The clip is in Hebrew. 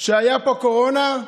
שהייתה פה קורונה?